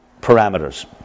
parameters